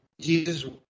Jesus